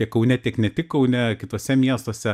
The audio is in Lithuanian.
tiek kaune tiek ne tik kaune kituose miestuose